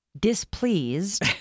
displeased